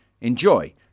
Enjoy